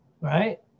right